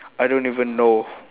I don't even know